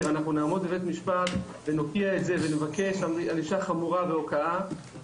אנחנו נעמוד בבית משפט ונוקיע את זה ונבקש ענישה חמורה והוקעה,